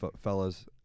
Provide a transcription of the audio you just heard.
fellas